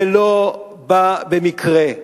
זה לא בא במקרה.